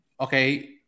okay